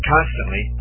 Constantly